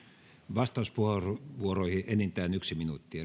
vastauspuheenvuoroihin enintään yksi minuutti